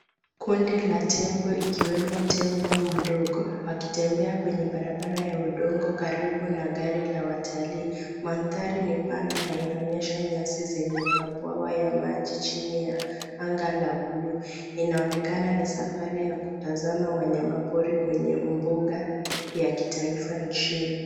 Kundi la tembo ikiwemo tembo mdogo wakitembea kwenye barabara ya udongo karibu na gari la watalii. Mandhari ni pana na inaonyesha nyasi zenye mabwawa ya maji chini ya anga la buluu. Inaonekana ni safari ya kutazama wanyamapori kwenye mbuga ya kitaifa nchini.